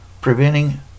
preventing